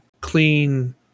clean